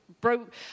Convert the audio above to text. broke